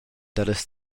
dallas